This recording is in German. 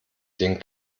den